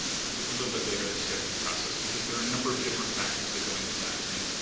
um a little bit later in the scheduling process because there are a number of different factors that go into that. and,